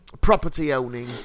property-owning